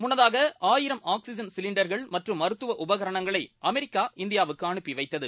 முள்னதாக ஆயிரம் ஆக்ஸிஜன் சிலிண்டர்கள் மற்றும் மருத்துவ உபகரணங்களை அமெரிக்கா இந்தியாவுக்கு அனுப்பிவைத்தது